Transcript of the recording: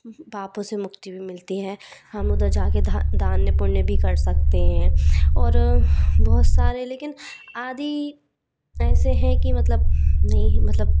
पापों से मुक्ति भी मिलती है हम उधर जा के दान पुण्य भी कर सकते हैं और बहुत सारे लेकिन आदि ऐसे हैं कि मतलब नहीं मतलब